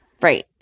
Right